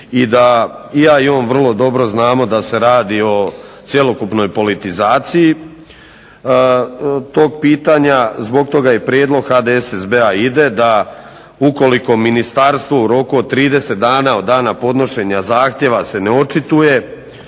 i da i ja i on vrlo dobro znamo da se radi o cjelokupnoj politizaciji tog pitanja. Zbog toga i prijedlog HDSSB-a ide da ukoliko ministarstvo u roku od 30 dana od dana podnošenja zahtjeva se ne očituje,